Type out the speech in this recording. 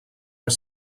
are